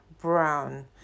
brown